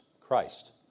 Christ